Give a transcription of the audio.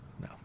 no